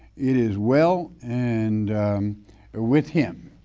it is well, and ah with him.